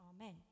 amen